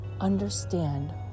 understand